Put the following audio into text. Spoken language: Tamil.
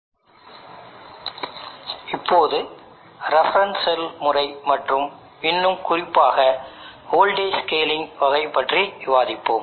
வோல்டேஜ் ஸ்கேலிங்குக்கு பதிலாக ரெஃபரன்ஸ் செல் முறையைப் பற்றி இப்போது விவாதிப்போம் இப்போது கரண்ட் ஸ்கேலிங் பற்றி பார்ப்போம்